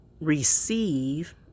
receive